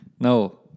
No